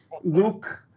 look